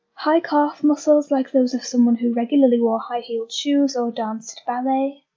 high calf muscles like those of someone who regularly wore high-heeled shoes or danced ballet,